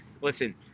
Listen